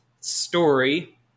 story